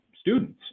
students